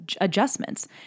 adjustments